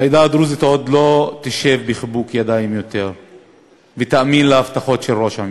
העדה הדרוזית לא תשב עוד בחיבוק ידיים ותאמין להבטחות של ראש הממשלה.